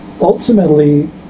ultimately